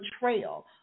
betrayal